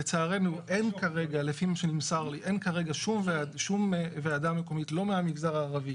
לצערנו אין כרגע שום ועדה מקומית, לא מהמגזר הערבי